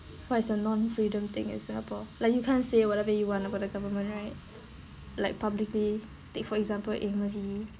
what is the non freedom thing in singapore like you can't say whatever you want about the government right like publicly take for example amos yee